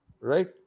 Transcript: Right